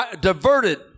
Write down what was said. diverted